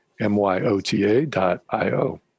Myota.io